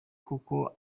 kuko